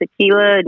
tequila